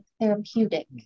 therapeutic